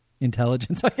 intelligence